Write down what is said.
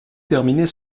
terminer